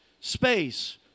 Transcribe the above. space